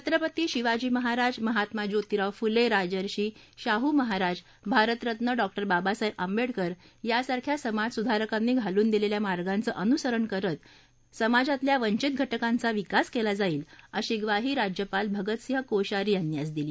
Chhatrapati Shivaji Maharaj Mahatma Jyotirao Phule Rajarshi Shahu Maharaj Bharat Ratna doctor Babasaheb Ambedkar यांसारख्या समाजसुधारकांनी घालून दिलेल्या मार्गांचं अनुसरन करत समाजातल्या वंचित घटकांचा विकास केला जाईल अशी ग्वाही राज्यपाल भगतसिंह कोश्यारी यांनी आज दिली